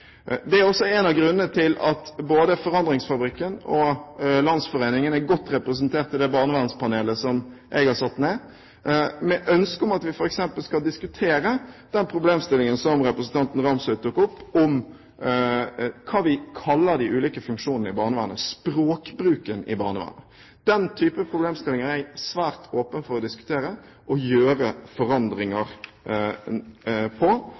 Det er også én av grunnene til at både Forandringsfabrikken og landsforeningen er godt representert i det barnevernspanelet som jeg har satt ned, med ønske om at vi f.eks. skal diskutere den problemstillingen som representanten Nilsson Ramsøy tok opp om hva vi kaller de ulike funksjonene i barnevernet – språkbruken i barnevernet. Den type problemstillinger er jeg svært åpen for å diskutere og gjøre forandringer på